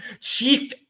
chief